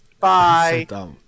Bye